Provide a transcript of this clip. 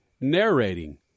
narrating